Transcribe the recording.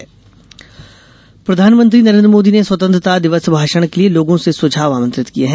सुझाव प्रधानमंत्री नरेन्द्र मोदी ने स्वतंत्रता दिवस भाषण के लिये लोगों से सुझाव आमंत्रित किये हैं